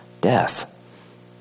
death